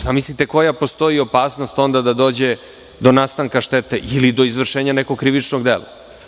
Zamislite koja opasnost onda postoji da dođe do nastanka štete ili do izvršenja nekog krivičnog dela.